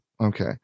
okay